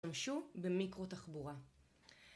השתמשו במיקרו תחבורה